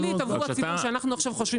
להחליט עבור הציבור שאנחנו עכשיו חושבים